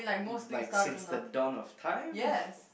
like since the dawn of time